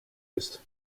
ist